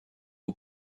aux